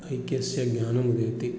ऐक्यस्य ज्ञानमुदेति